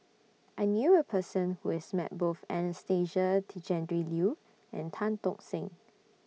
I knew A Person Who has Met Both Anastasia Tjendri Liew and Tan Tock Seng